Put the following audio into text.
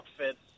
outfits